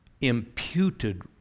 imputed